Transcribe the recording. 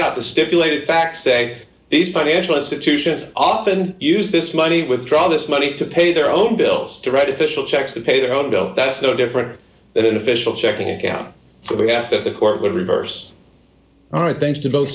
out the stipulated back say these financial institutions often use this money withdraw this money to pay their own bills to write official checks to pay their own bills that's no different than an official checking account for the past that the court would reverse all right thanks to both